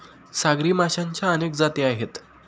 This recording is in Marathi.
सागरी माशांच्या अनेक जाती आहेत